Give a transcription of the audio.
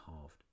halved